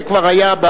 זה כבר היה,